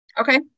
Okay